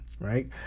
Right